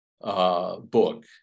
book